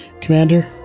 Commander